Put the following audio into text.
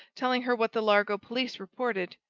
telling her what the largo police reported.